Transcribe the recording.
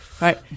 right